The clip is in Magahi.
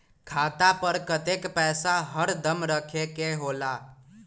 खाता पर कतेक पैसा हरदम रखखे के होला?